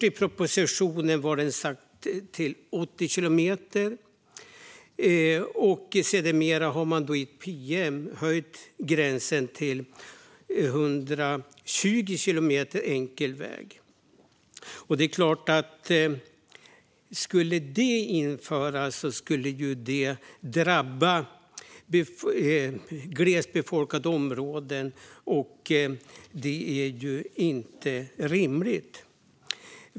I propositionen var den först satt till 80 kilometer, men i ett pm höjde man sedan gränsen till 120 kilometer enkel väg. Om det införs skulle det givetvis drabba glest befolkade områden, vilket inte är rimligt.